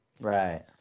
Right